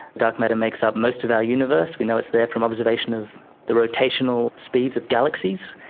dark matter makes up most of our universe, we know it's there from observation of the rotational speeds of galaxies,